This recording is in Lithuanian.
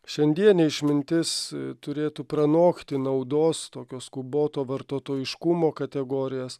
šiandienė išmintis turėtų pranokti naudos tokio skuboto vartotojiškumo kategorijas